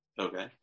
Okay